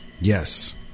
Yes